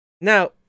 now